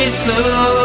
slow